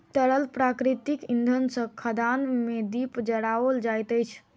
तरल प्राकृतिक इंधन सॅ खदान मे दीप जराओल जाइत अछि